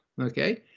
Okay